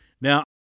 Now